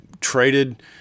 traded